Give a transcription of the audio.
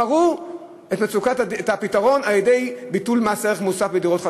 בחרו את הפתרון על-ידי ביטול מס ערך מוסף בדירות חדשות.